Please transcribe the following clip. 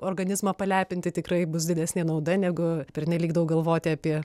organizmą palepinti tikrai bus didesnė nauda negu pernelyg daug galvoti apie